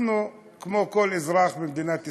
אנחנו, כמו כל אזרח במדינת ישראל,